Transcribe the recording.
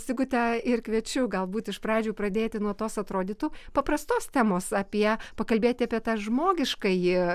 sigute ir kviečiu galbūt iš pradžių pradėti nuo tos atrodytų paprastos temos apie pakalbėti apie tą žmogiškąjį